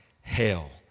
hell